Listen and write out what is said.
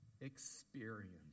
experience